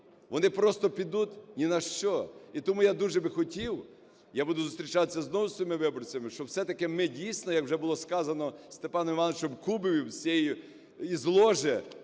вони просто підуть ні на що. І тому я дуже би хотів, я буду зустрічатися знову зі своїми виборцями, щоб все-таки ми дійсно, як вже було сказано Степаном Івановичем Кубівим із ложе